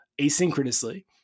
asynchronously